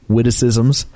Witticisms